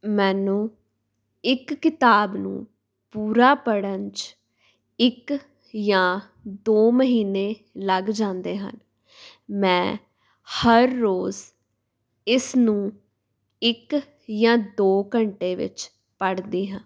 ਮੈਨੂੰ ਇੱਕ ਕਿਤਾਬ ਨੂੰ ਪੂਰਾ ਪੜ੍ਹਨ 'ਚ ਇੱਕ ਜਾਂ ਦੋ ਮਹੀਨੇ ਲੱਗ ਜਾਂਦੇ ਹਨ ਮੈਂ ਹਰ ਰੋਜ਼ ਇਸ ਨੂੰ ਇੱਕ ਜਾਂ ਦੋ ਘੰਟੇ ਵਿੱਚ ਪੜ੍ਹਦੀ ਹਾਂ